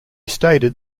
stated